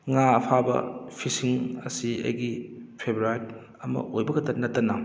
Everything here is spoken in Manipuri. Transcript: ꯉꯥ ꯐꯥꯕ ꯐꯤꯁꯤꯡ ꯑꯁꯤ ꯑꯩꯒꯤ ꯐꯦꯕꯔꯥꯏꯠ ꯑꯃ ꯑꯣꯏꯕꯈꯛꯇ ꯅꯠꯇꯅ